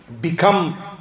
become